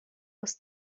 aus